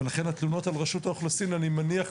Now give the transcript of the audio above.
לכן, אני מניח שהתלונות על רשות האוכלוסין מבטאות,